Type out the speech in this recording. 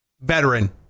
veteran